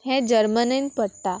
हें जर्मनीन पडटा